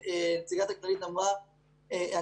נציגת הכללית דיברה קודם,